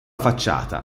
facciata